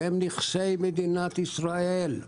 שהם נכסי מדינת ישראל,